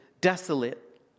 desolate